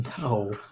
No